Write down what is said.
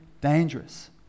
dangerous